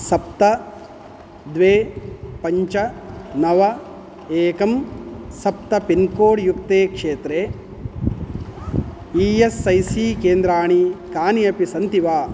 सप्त द्वे पञ्च नव एकं सप्त पिन्कोड् युक्ते क्षेत्रे ई एस् ऐ सी केन्द्राणि कानि अपि सन्ति वा